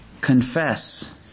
confess